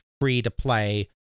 free-to-play